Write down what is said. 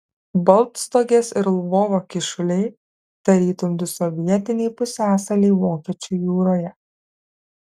baltstogės ir lvovo kyšuliai tarytum du sovietiniai pusiasaliai vokiečių jūroje